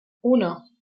uno